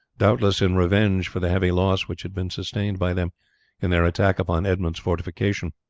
doubtless in revenge for the heavy loss which had been sustained by them in their attack upon edmund's fortification.